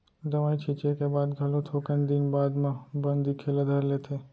दवई छींचे के बाद घलो थोकन दिन बाद म बन दिखे ल धर लेथे